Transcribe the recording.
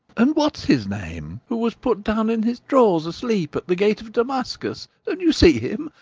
and what's his name, who was put down in his drawers, asleep, at the gate of damascus don't you see him!